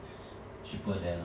it's cheaper there lah